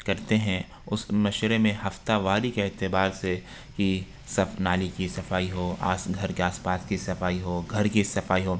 کرتے ہیں اس مشورے میں ہفتہ واری اعتبار سے کی صف نالی کی صفائی ہو آس گھر کے آس پاس کی صفائی ہو گھر کی صفائی ہو